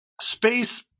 space